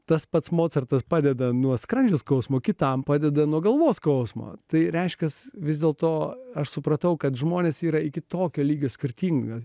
tas pats mocartas padeda nuo skrandžio skausmo kitam padeda nuo galvos skausmo tai reiškiasi vis dėl to aš supratau kad žmonės yra iki tokio lygio skirtingas